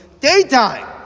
daytime